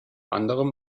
anderem